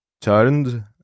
turned